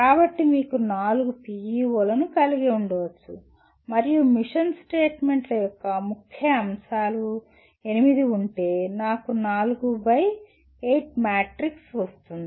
కాబట్టి మీరు నాలుగు PEO లను కలిగి ఉండవచ్చు మరియు మిషన్ స్టేట్మెంట్ల యొక్క ముఖ్య అంశాలు 8 ఉంటే నాకు 4 బై 8 మ్యాట్రిక్స్ వస్తుంది